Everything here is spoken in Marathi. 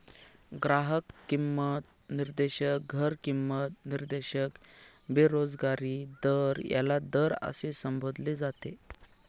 ग्राहक किंमत निर्देशांक, घर किंमत निर्देशांक, बेरोजगारी दर याला दर असे संबोधले जाते